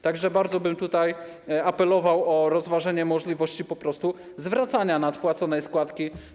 Tak że bardzo bym apelował o rozważenie możliwości po prostu zwracania nadpłaconej składki.